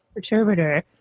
Perturbator